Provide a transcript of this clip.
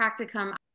practicum